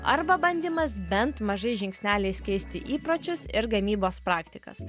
arba bandymas bent mažais žingsneliais keisti įpročius ir gamybos praktikas